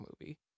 movie